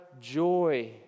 joy